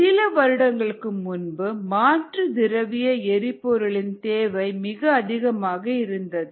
சில வருடங்களுக்கு முன்பு மாற்று திரவிய எரிபொருளின் தேவை மிக அதிகமாக இருந்தது